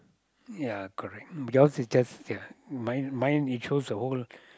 ya correct yours is just ya mine mine he chose the whole